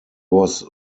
was